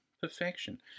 Perfection